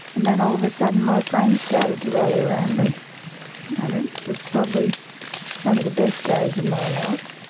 and then all of a sudden my friends started to rally around me and it was probably some of the best days of my life